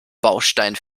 baustein